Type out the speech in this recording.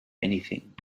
anything